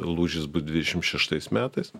lūžis bus dvidešim šeštais metais